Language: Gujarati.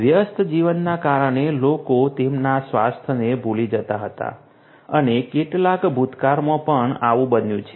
વ્યસ્ત જીવનના કારણે લોકો તેમના સ્વાસ્થ્યને ભૂલી જતા હતા અને છેલ્લા ભૂતકાળમાં પણ આવું બન્યું છે